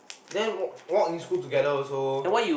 then walk in school together also